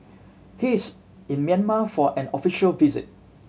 he is in Myanmar for an official visit